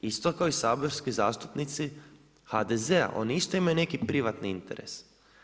Isto kao i saborski zastupnici HDZ-a, oni isto imaju neki privatni interes.